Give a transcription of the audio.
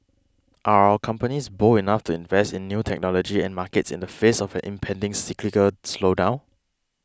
are our companies bold enough to invest in new technology and markets in the face of an impending cyclical slowdown